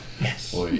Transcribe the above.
Yes